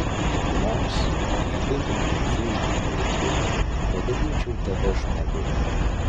nors jei būtumei fėjų būryje pavadinčiau tave žmogumi